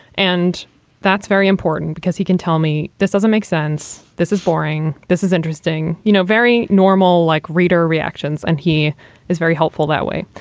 and that's very important because he can tell me this doesn't make sense. this is boring. this is interesting. you know, very normal like reader reactions. and he is very helpful that way.